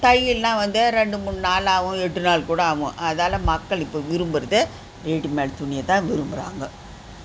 தையல்னா வந்து ரெண்டு மூணு நாள் ஆகும் எட்டு நாள் கூட ஆகும் அதால் மக்கள் இப்போ விரும்புறது ரெடிமேடு துணியை தான் விரும்புறாங்க